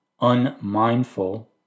unmindful